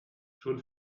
schon